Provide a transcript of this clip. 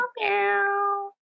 meow